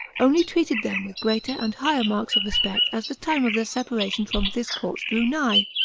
only treated them with greater and higher marks of respect as the time of their separation from this court drew nigh.